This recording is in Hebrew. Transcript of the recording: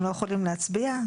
הם לא יכולים להצביע?